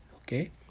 okay